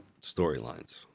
storylines